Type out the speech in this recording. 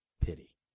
pity